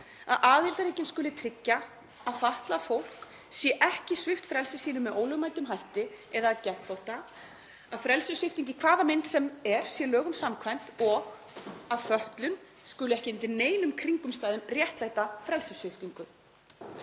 að aðildarríkin skuli tryggja að fatlað fólk sé ekki svipt frelsi sínu með ólögmætum hætti eða geðþóttaákvörðunum og að frelsissvipting í hvaða mynd sem er sé lögum samkvæm og að fötlun skuli ekki undir neinum kringumstæðum réttlæta frelsissviptingu.